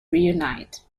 reunite